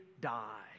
die